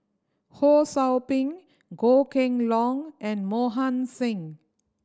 Ho Sou Ping Goh Kheng Long and Mohan Singh